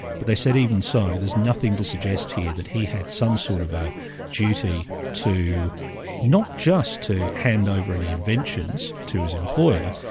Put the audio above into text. but they said even so, there's nothing to suggest here that he had some sort of a duty to not just to hand over any inventions to his employer,